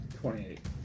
twenty-eight